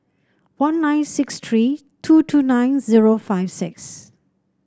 one nine six three two two nine zero five six